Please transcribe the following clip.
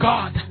God